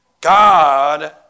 God